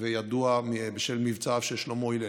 וידוע בשל מבצעיו של שלמה הלל.